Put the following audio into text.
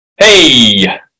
Hey